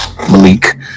Malik